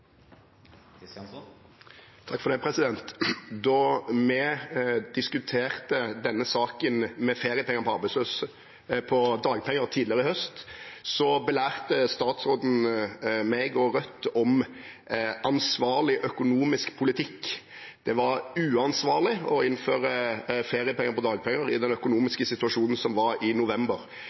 Da vi diskuterte denne saken om feriepenger på dagpenger tidligere i høst, belærte statsråden meg og Rødt om ansvarlig økonomisk politikk. Det var uansvarlig å innføre feriepenger på dagpenger i den økonomiske situasjonen som var i november.